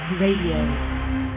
Radio